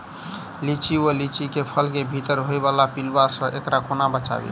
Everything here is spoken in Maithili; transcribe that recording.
लिच्ची वा लीची केँ फल केँ भीतर होइ वला पिलुआ सऽ एकरा कोना बचाबी?